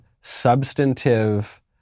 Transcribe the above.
substantive